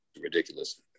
ridiculous